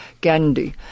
Gandhi